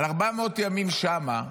אחרי 400 ימים שם,